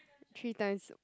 three times